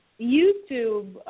YouTube